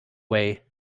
way